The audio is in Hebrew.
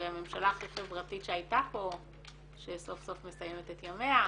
הרי הממשלה הכי חברתית שהייתה פה שסוף סוף מסיימת את ימיה.